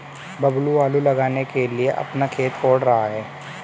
बबलू आलू लगाने के लिए अपना खेत कोड़ रहा है